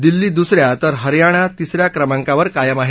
दिल्ली दुसऱ्या तर हरयाणा तिसऱ्या क्रमांकावर कायम आहेत